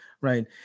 right